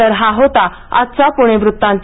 तर हा होता आजचा पूणे वृत्तांत